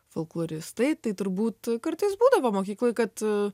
folkloristai tai turbūt kartais būdavo mokykloj kad